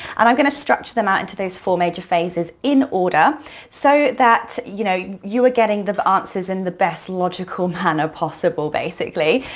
and i'm gonna structure them out into those four major phases in order so that you know you are getting the answers in the best logical manner possible, basically.